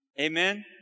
Amen